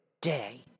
day